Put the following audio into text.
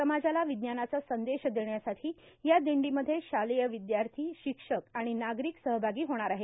समाजाला विज्ञानाचा संदेश देण्यासाठी या दिंडीमध्ये शालेय विद्यार्थी शिक्षक आणि नागरीक सहभागी होणार आहेत